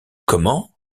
comment